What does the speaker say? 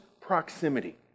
proximity